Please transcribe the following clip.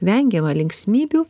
vengiama linksmybių